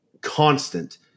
constant